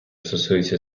стосується